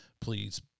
please